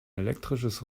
elektrisches